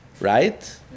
right